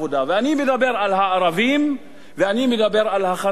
ואני מדבר על הערבים, ואני מדבר על החרדים.